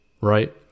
right